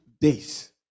days